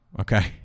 okay